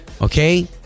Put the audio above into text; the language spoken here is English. Okay